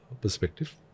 perspective